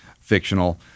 fictional